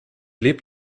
lebt